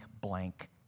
blank